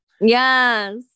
Yes